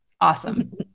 Awesome